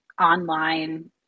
online